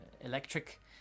Electric